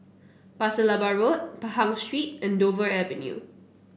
Pasir Laba Road Pahang Street and Dover Avenue